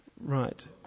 Right